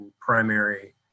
primary